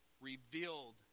revealed